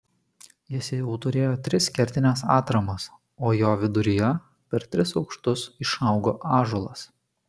jis jau turėjo tris kertines atramas o jo viduryje per tris aukštus išaugo ąžuolas